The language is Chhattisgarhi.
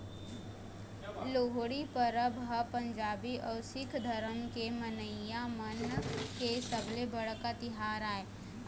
लोहड़ी परब ह पंजाबी अउ सिक्ख धरम के मनइया मन के सबले बड़का तिहार आय